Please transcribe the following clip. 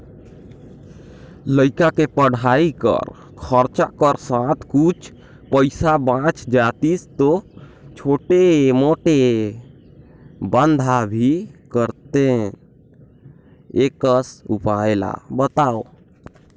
लइका के पढ़ाई कर खरचा कर साथ कुछ पईसा बाच जातिस तो छोटे मोटे धंधा भी करते एकस उपाय ला बताव?